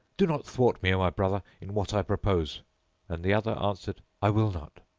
do not thwart me, o my brother, in what i propose and the other answered, i will not.